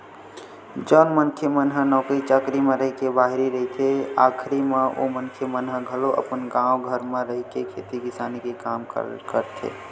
जउन मनखे मन ह नौकरी चाकरी म रहिके बाहिर रहिथे आखरी म ओ मनखे मन ह घलो अपन गाँव घर म रहिके खेती किसानी के काम ल करथे